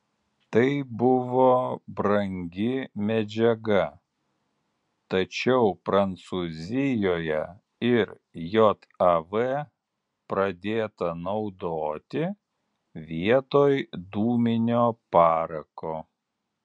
tai buvo brangi medžiaga tačiau prancūzijoje ir jav pradėta naudoti vietoj dūminio parako